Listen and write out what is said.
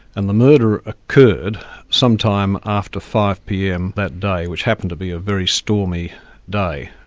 and the murder occurred sometime after five pm that day, which happened to be a very stormy day.